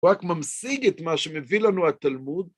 הוא רק ממשיג את מה שמביא לנו התלמוד.